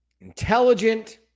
intelligent